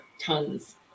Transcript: tons